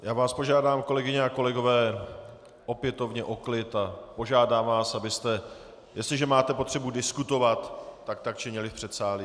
Já vás požádám, kolegyně a kolegové, opětovně o klid a požádám vás, abyste jestliže máte potřebu diskutovat, tak činili v předsálí.